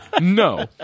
No